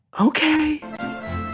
Okay